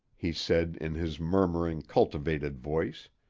he said in his murmuring, cultivated voice.